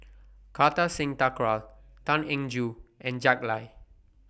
Kartar Singh Thakral Tan Eng Joo and Jack Lai